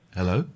Hello